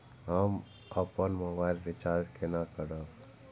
हम अपन mobile recharge केना करब?